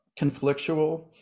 Conflictual